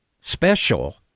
special